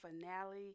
finale